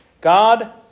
God